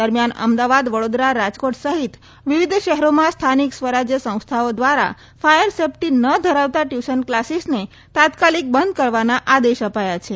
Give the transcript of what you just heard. દરમિયાન અમદાવાદ વડોદરા રાજકોટ સહિત વિવિધ શહેરોમાં સ્થાનિક સ્વરાજ્ય સંસ્થાઓ દ્વારા ફાયર સેફટી ન ધરાવતાં ટ્યુશન કલાસીસને તાત્કાલિક બંધ કરવાના આદેશ અપાયા છે